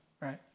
Right